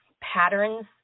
patterns